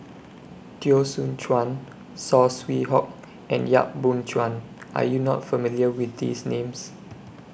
Teo Soon Chuan Saw Swee Hock and Yap Boon Chuan Are YOU not familiar with These Names